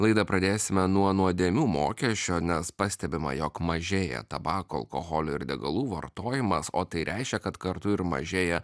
laidą pradėsime nuo nuodėmių mokesčio nes pastebima jog mažėja tabako alkoholio ir degalų vartojimas o tai reiškia kad kartu ir mažėja